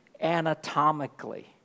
anatomically